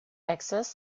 access